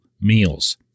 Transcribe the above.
meals